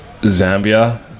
Zambia